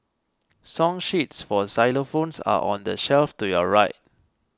song sheets for xylophones are on the shelf to your right